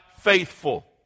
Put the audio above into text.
faithful